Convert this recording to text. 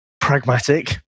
pragmatic